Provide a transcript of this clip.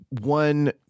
one